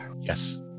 yes